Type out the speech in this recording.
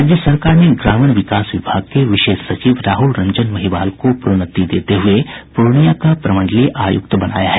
राज्य सरकार ने ग्रामीण विकास विभाग के विशेष सचिव राहुल रंजन महीवाल को प्रोन्नति देते हुए पूर्णिया का प्रमंडलीय आयुक्त बनाया है